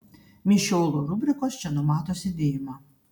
mišiolo rubrikos čia numato sėdėjimą